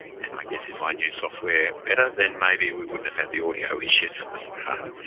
and i guess if i knew software better, than maybe we wouldn't have have the audio issues at the start.